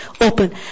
open